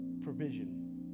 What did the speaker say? provision